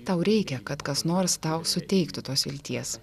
tau reikia kad kas nors tau suteiktų tos vilties